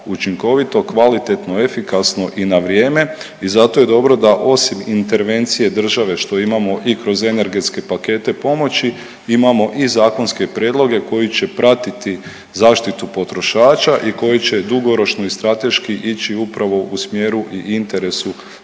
učinkovito, kvalitetno, efikasno i na vrijeme i zato je dobro da osim intervencije države što imamo i kroz energetske pakete pomoći imamo i zakonske prijedloge koji će pratiti zaštitu potrošača i koji će dugoročno i strateški ići upravo u smjeru i interesu